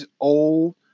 old